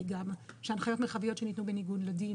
גם שהנחיות מרחביות שניתנו בניגוד לדין